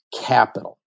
capital